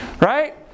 right